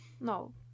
No